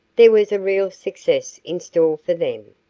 there was a real success in store for them.